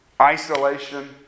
Isolation